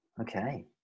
Okay